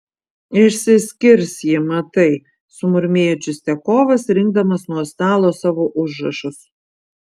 išsiskirs ji matai sumurmėjo čistiakovas rinkdamas nuo stalo savo užrašus